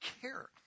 care